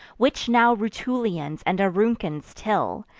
which now rutulians and auruncans till,